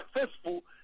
successful